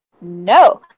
no